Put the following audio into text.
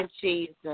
Jesus